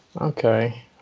Okay